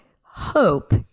hope